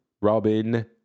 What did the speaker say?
Robin